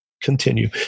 Continue